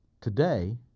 Today